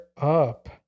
up